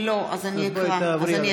(קוראת בשמות חברי